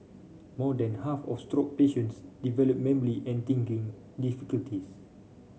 more than half of stroke patients develop memory and thinking difficulties